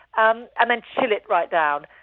um and then chill it right down.